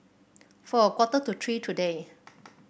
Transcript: for a quarter to three today